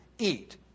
eat